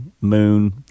moon